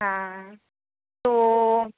हाँ तो